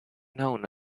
known